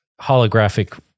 holographic